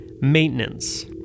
maintenance